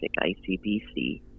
ICBC